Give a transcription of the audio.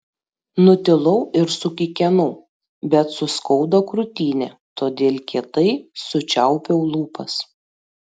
nutilau ir sukikenau bet suskaudo krūtinę todėl kietai sučiaupiau lūpas